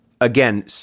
again